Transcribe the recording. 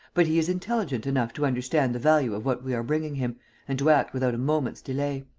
but he is intelligent enough to understand the value of what we are bringing him and to act without a moment's delay.